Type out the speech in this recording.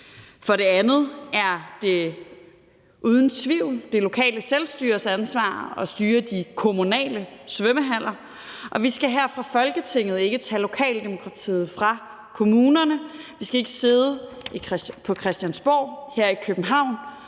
For det andet er det uden tvivl det lokale selvstyres ansvar at styre de kommunale svømmehaller, og vi skal her fra Folketinget ikke tage lokaldemokratiet fra kommunerne. Vi skal ikke sidde på Christiansborg her i København